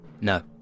No